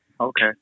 okay